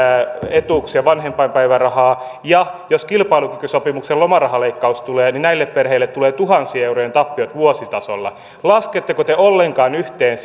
etuuksia vanhempainpäivärahaa jos kilpailukykysopimuksen lomarahaleikkaus tulee niin näille perheille tulee tuhansien eurojen tappiot vuositasolla lasketteko te ollenkaan yhteen